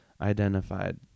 identified